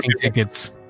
tickets